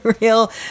real